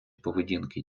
поведінки